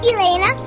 Elena